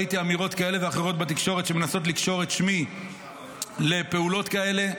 ראיתי אמירות כאלה ואחרות בתקשורת שמנסות לקשור את שמי לפעולות כאלה.